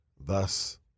Thus